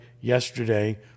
yesterday